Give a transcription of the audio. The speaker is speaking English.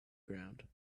ground